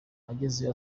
agezeyo